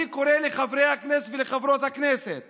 אני קורא לחברי הכנסת ולחברות הכנסת